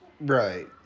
Right